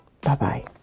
Bye-bye